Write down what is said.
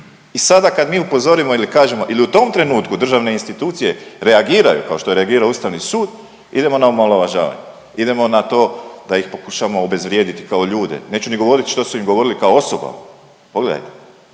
i sada kada mi upozorimo ili kažemo ili u tom trenutku državne institucije reagiraju kao što je reagirao Ustavni sud, idemo na omalovažavanje, idemo na to da ih pokušamo obezvrijediti kao ljude. Neću ni govoriti što su im govorili kao osobama. Pogledajte.